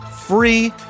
free